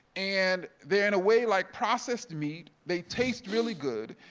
and they're in a way like processed meat, they taste really good.